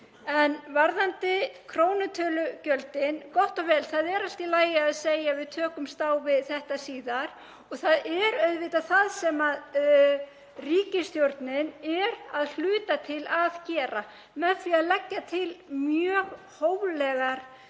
Varðandi krónutölugjöldin, gott og vel, það er allt í lagi að segja að við tökumst á við þetta síðar og það er auðvitað það sem ríkisstjórnin er að hluta til að gera með því að leggja til mjög hóflegar